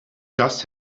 just